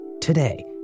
Today